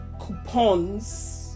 coupons